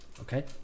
Okay